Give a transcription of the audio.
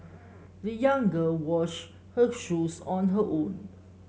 the young girl washed her shoes on her own